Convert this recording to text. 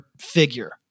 figure